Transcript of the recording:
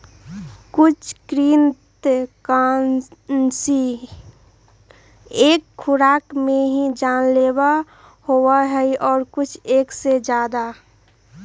कुछ कृन्तकनाशी एक खुराक में ही जानलेवा होबा हई और कुछ एक से ज्यादा